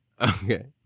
Okay